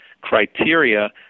criteria